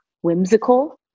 whimsical